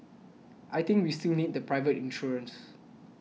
I think we still need the private insurers